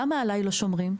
למה עליי לא שומרים?